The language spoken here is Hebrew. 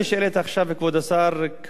כבוד היושב-ראש,